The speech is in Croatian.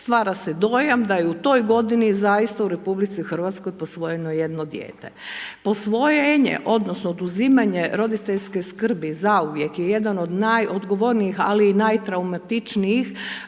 stvara se dojam da je u toj godini zaista u RH posvojeno jedno dijete. Posvojenje odnosno oduzimanje roditeljske skrbi zauvijek je jedan od najodgovornijih, ali i najtraumatičnijih